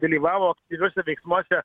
dalyvavo aktyviuose veiksmuose